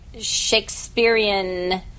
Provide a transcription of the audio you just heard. Shakespearean